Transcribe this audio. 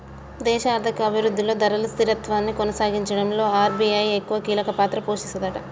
దేశ ఆర్థిక అభివృద్ధిలో ధరలు స్థిరత్వాన్ని కొనసాగించడంలో ఆర్.బి.ఐ ఎక్కువ కీలక పాత్ర పోషిస్తదట